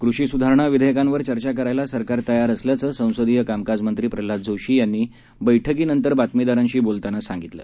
कृषी सुधारणा विधेयकांवर चर्चा करायला सरकार तयार असल्याचं संसदीय कामकाज मंत्री प्रल्हाद जोशी यांनी बैठकीनंतर बातमीदारांशी बोलताना सांगितलं